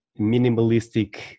minimalistic